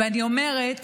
ואני אומרת